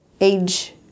age